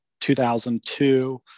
2002